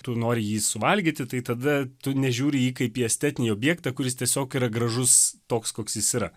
tu nori jį suvalgyti tai tada tu nežiūri į jį estetinį objektą kuris tiesiog yra gražus toks koks jis yra